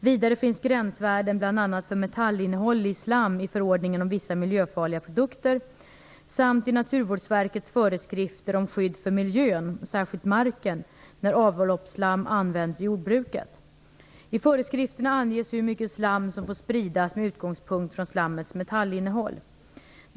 Vidare finns gränsvärden för bl.a. metallinnehåll i slam i förordningen om vissa miljöfarliga produkter föreskrifterna anges hur mycket slam som får spridas med utgångspunkt från slammets metallinnehåll.